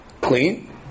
clean